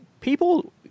People